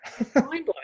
Mind-blowing